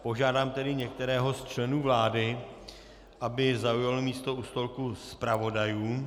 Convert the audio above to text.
Požádám tedy některého z členů vlády, aby zaujal místo u stolku zpravodajů.